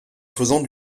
faisant